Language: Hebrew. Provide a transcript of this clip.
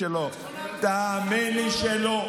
תאמין לי שלא.